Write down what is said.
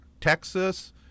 Texas